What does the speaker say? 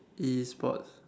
E sports